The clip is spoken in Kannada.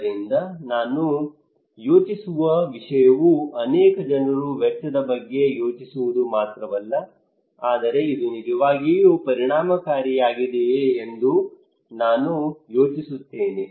ಆದ್ದರಿಂದ ನಾನು ಯೋಚಿಸುವ ವಿಷಯವು ಅನೇಕ ಜನರು ವೆಚ್ಚದ ಬಗ್ಗೆ ಯೋಚಿಸುವುದು ಮಾತ್ರವಲ್ಲ ಆದರೆ ಇದು ನಿಜವಾಗಿಯೂ ಪರಿಣಾಮಕಾರಿಯಾಗಿದೆಯೇ ಎಂದು ನಾನು ಯೋಚಿಸುತ್ತೇನೆ